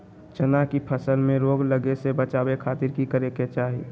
चना की फसल में रोग लगे से बचावे खातिर की करे के चाही?